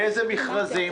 לאילו מכרזים,